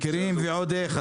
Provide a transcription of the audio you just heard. מכירים ועוד איך.